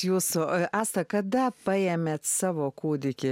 jūsų esą kada paėmėte savo kūdikį